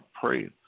pray